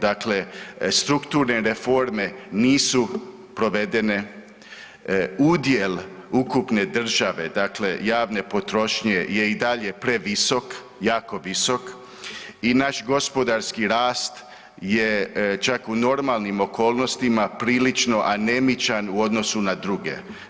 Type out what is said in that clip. Dakle, strukturne reforme nisu provedene, udjel ukupne države, dakle javne potrošnje je i dalje previsok, jako visok i naš gospodarski rast je čak u normalnim okolnostima prilično anemičan u odnosu na druge.